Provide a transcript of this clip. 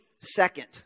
second